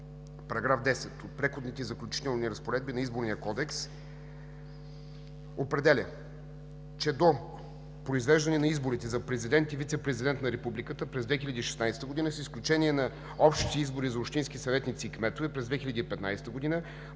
Вас § 10 от Преходните и заключителните разпоредби на Изборния кодекс определя, че до произвеждането на изборите за президент и вицепрезидент на Републиката през 2016 г., с изключение на общите избори за общински съветници и кметове през 2015 г.,